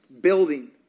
building